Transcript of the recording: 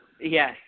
Yes